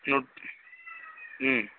ம்